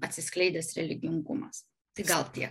atsiskleidęs religingumas tai gal tie